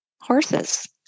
horses